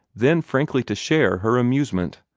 then frankly to share, her amusement.